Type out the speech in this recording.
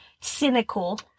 cynical